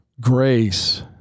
grace